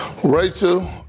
Rachel